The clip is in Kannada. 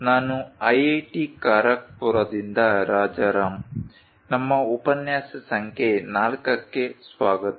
ನಾನು IIT ಖರಗ್ಪುರದಿಂದ ರಾಜಾರಾಮ್ ನಮ್ಮ ಉಪನ್ಯಾಸ ಸಂಖ್ಯೆ 4 ಕ್ಕೆ ಸ್ವಾಗತ